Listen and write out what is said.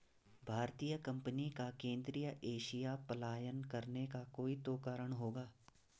भारतीय कंपनी का केंद्रीय एशिया पलायन करने का कोई तो कारण होगा